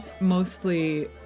mostly